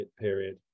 period